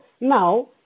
Now